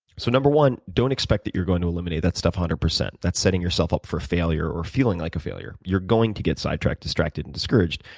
so number one, don't expect that you're going to eliminate that stuff one hundred percent. that's setting yourself up for failure or feeling like a failure. you're going to get side tracked, distracted, and discouraged.